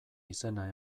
izena